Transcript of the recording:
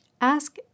Ask